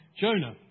Jonah